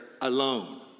alone